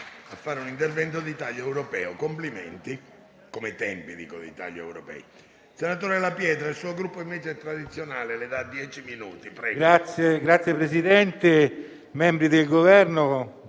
Signor Presidente, membri del Governo,